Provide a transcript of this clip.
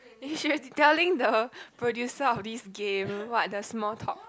you should be telling the producer of this game what the small talk